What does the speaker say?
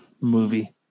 movie